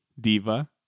diva